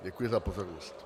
Děkuji za pozornost.